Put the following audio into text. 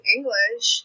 English